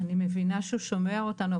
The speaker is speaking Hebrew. אני מבינה שהוא שומע אותנו,